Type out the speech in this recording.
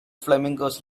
flamingos